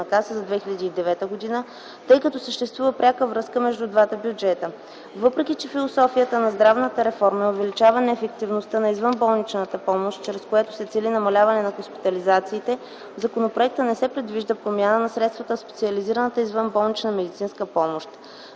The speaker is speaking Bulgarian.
НЗОК за 2009 г., тъй като съществува пряка връзка между двата бюджета. Въпреки, че философията на здравната реформа е увеличаване ефективността на извънболничната помощ, чрез което се цели намаляване на хоспитализациите, в законопроекта не се предвижда промяна на средствата за специализирана извънболнична медицинска помощ.